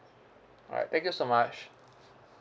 alright thank you so much